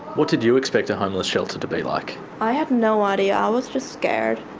what did you expect a homeless shelter to be like? i had no idea. i was just scared.